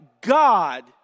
God